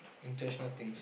intentional things